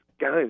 Guys